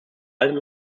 allem